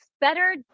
better